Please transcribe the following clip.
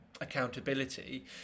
accountability